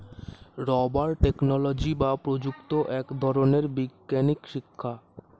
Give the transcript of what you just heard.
rubber technology বা প্রযুক্তি এক ধরনের বৈজ্ঞানিক শিক্ষা